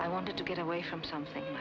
i want to get away from something